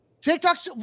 TikTok